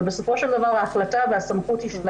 בסופו של דבר ההחלטה והסמכות היא שלהם.